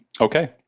okay